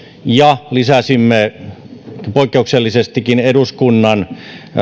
ja lisäsimme poikkeuksellisestikin eduskunnan